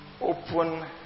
open